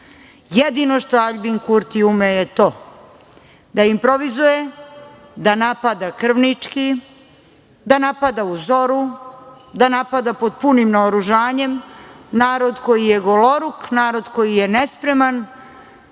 Jedino što Aljbin Kurti ume je to da improvizuje, da napada krvnički, da napada u zoru, da napada pod punim naoružanjem narod koji je goloruk, narod koji je nespreman,